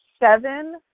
seven